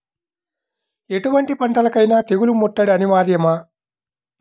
ఎటువంటి పంటలకైన తెగులు ముట్టడి అనివార్యమా?